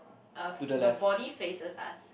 uh the body faces us